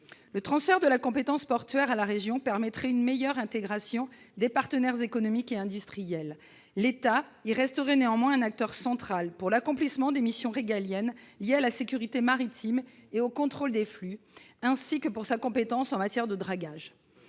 Le transfert de la compétence portuaire à la région permettrait une meilleure association des partenaires économiques et industriels. L'État resterait néanmoins un acteur central pour l'accomplissement des missions régaliennes liées à la sécurité maritime et au contrôle des flux, ainsi qu'au titre de sa compétence en matière de dragage.